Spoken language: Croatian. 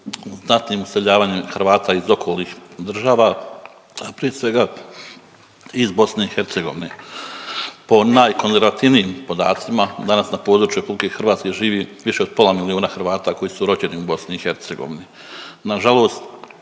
znatnim iseljavanjem Hrvata iz okolnih država, prije svega iz BiH, po najkonzervativnijim podacima danas na području RH živi više od pola milijuna Hrvata koji su rođeni iz BiH.